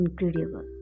incredible